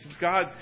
God